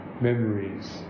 memories